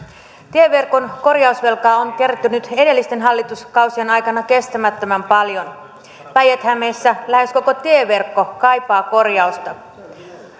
tieverkon korjausvelkaa on kertynyt edellisten hallituskausien aikana kestämättömän paljon päijät hämeessä lähes koko tieverkko kaipaa korjausta